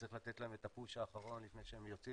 שצריך לתת להם את הפוש האחרון לפני שהם יוצאים